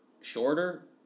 shorter